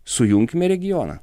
sujunkime regioną